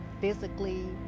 physically